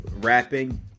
rapping